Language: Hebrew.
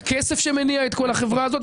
זה מה שמניע את כל החברה הזאת.